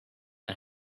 and